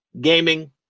gaming